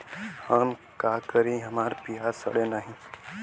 हम का करी हमार प्याज सड़ें नाही?